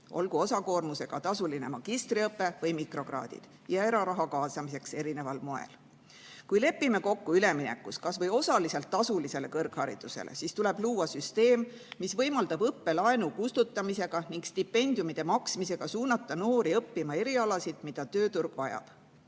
need osakoormusega tasuline magistriõpe või mikrokraadid, ja eraraha kaasamiseks erineval moel. Kui lepime kokku üleminekus kas või osaliselt tasulisele kõrgharidusele, siis tuleb luua süsteem, mis võimaldab õppelaenu kustutamisega ning stipendiumide maksmisega suunata noori õppima erialasid, mida tööturg vajab.